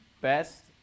best